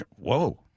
whoa